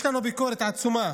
יש לנו ביקורת עצומה